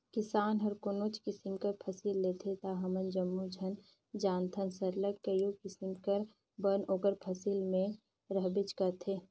किसान हर कोनोच किसिम कर फसिल लेथे ता हमन जम्मो झन जानथन सरलग कइयो किसिम कर बन ओकर फसिल में रहबेच करथे